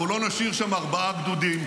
אנחנו לא נשאיר שם ארבעה גדודים,